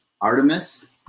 Artemis